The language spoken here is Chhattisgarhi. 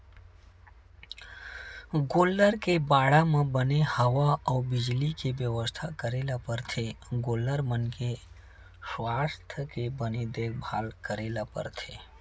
गोल्लर के बाड़ा म बने हवा अउ बिजली के बेवस्था करे ल परथे गोल्लर मन के सुवास्थ के बने देखभाल करे ल परथे